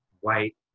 white